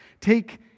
Take